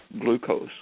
glucose